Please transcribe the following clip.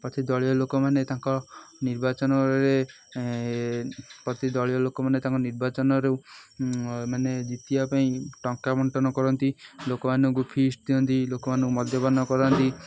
ପ୍ରତି ଦଳୀୟ ଲୋକମାନେ ତାଙ୍କ ନିର୍ବାଚନରେ ପ୍ରତି ଦଳୀୟ ଲୋକମାନେ ତାଙ୍କ ନିର୍ବାଚନରୁ ମାନେ ଜିତିବା ପାଇଁ ଟଙ୍କା ବଣ୍ଟନ କରନ୍ତି ଲୋକମାନଙ୍କୁ ଫିସ୍ଟ ଦିଅନ୍ତି ଲୋକମାନଙ୍କୁ ମଦ୍ୟପାନ କରାନ୍ତି